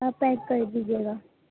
آپ پیک کر دیجیے گا